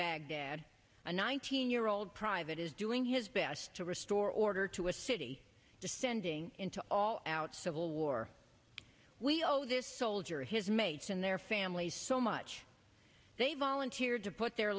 baghdad a nineteen year old private is doing his best to restore order to a city descending into all out civil war we owe this soldier and his mates and their families so much they volunteered to put their